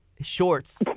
shorts